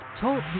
Talk